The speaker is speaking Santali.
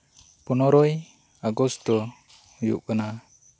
ᱯᱚᱱᱮᱨᱚᱭ ᱟᱜᱚᱥᱴ ᱫᱚ ᱦᱩᱭᱩᱜ ᱠᱟᱱᱟ